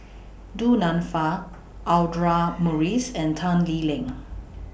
Du Nanfa Audra Morrice and Tan Lee Leng